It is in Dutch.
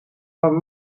van